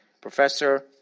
Professor